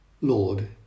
Lord